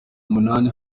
umunani